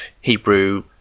Hebrew